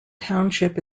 township